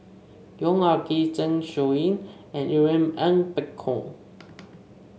Yong Ah Kee Zeng Shouyin and Irene Ng Phek Hoong